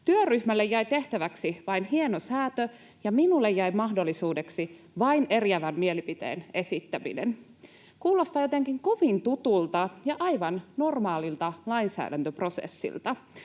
Työryhmälle jäi tehtäväksi vain hienosäätö, ja minulle jäi mahdollisuudeksi vain eriävän mielipiteeni esittäminen.” Kuulostaa jotenkin kovin tutulta, ja aivan normaalilta lainsäädäntöprosessilta.